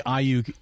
IU